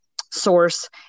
source